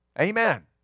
Amen